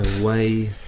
Away